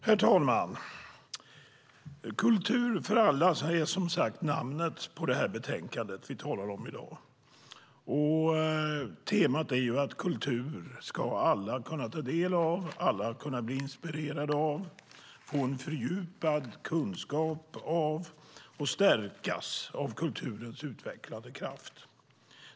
Herr talman! Kultur för alla är namnet på det betänkande vi nu talar om. Temat är att kultur ska alla kunna ta del av, bli inspirerade av och få en fördjupad kunskap av. Alla ska kunna stärkas av kulturens utvecklande kraft.